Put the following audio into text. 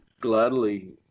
gladly